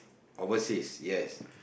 overseas yes